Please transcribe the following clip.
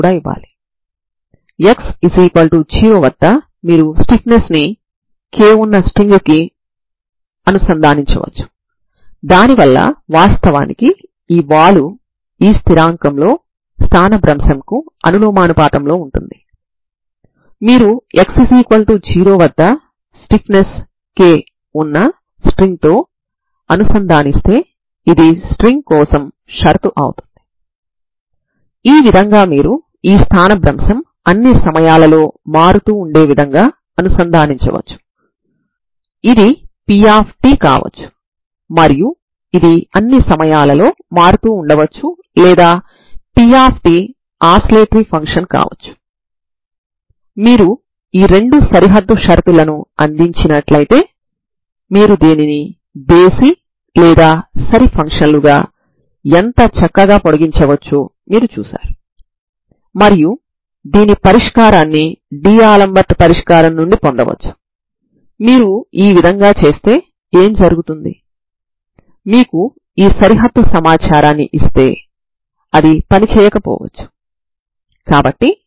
ఇప్పుడు ఈ సరిహద్దు సమాచారంను వర్తింప చేయండి తర్వాత స్టర్మ్ లియోవిల్లే సమస్య నుంచి మీరు పొందిన ఐగెన్ ఫంక్షన్ ల యొక్క బిందు లబ్దాన్ని ఉపయోగించండి ఈ అనంతమైన మొత్తంలో వున్న తెలియని విలువలను కనుగొనడానికి తద్వారా మీరు పరిమిత డొమైన్ లో 0 నుండి L వరకు వున్న ప్రారంభ మరియు సరిహద్దు విలువలు కలిగిన తరంగ సమీకారణానికి చెందిన సమస్యను పూర్తిగా పరిష్కరించవచ్చు ఇక్కడ సరిహద్దు నియమాలు ఏమైనా కావచ్చు